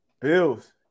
Bills